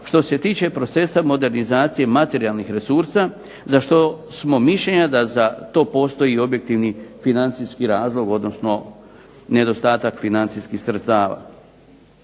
što se tiče procesa modernizacije materijalnih resursa za što smo mišljenja da za to postoji objektivni financijski razlog, odnosno nedostatak financijskih sredstava.